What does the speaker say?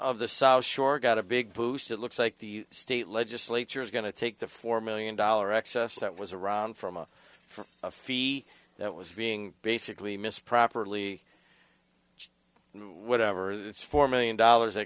of the south shore got a big boost it looks like the state legislature is going to take the four million dollar excess that was around from a fee that was being basically missed properly whatever that is four million dollars i